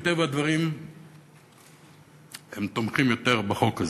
מטבע הדברים תומכים יותר בחוק הזה.